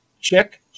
check